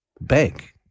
bank